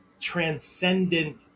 transcendent